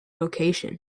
location